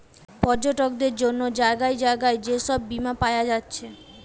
পর্যটকদের জন্যে জাগায় জাগায় যে সব বীমা পায়া যাচ্ছে